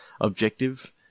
objective